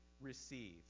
receive